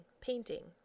painting